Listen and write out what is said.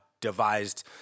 devised